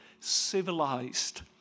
civilized